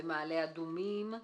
במעלה אדומים.